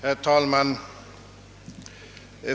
Herr talman!